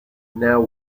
now